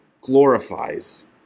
glorifies